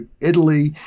Italy